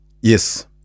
Yes